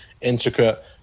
intricate